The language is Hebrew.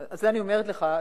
סליחה,